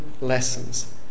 lessons